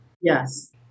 Yes